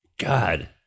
god